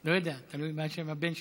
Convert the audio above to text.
לא יודע, תלוי מה שם הבן שלו.